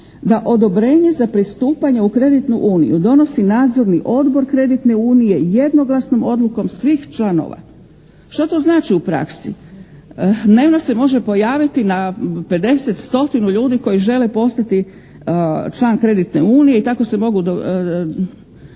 da odobrenje za pristupanje u kreditnu uniju donosi nadzorni odbor kreditne unije jednoglasnom odlukom svih članova. Što to znači u praksi? Dnevno se može pojaviti na pedeset, stotinu ljudi koji žele postati član kreditne unije i tako se mogu javljati